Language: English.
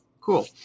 cool